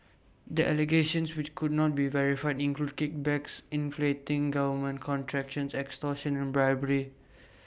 the allegations which could not be verified include kickbacks inflating government contractions extortion and bribery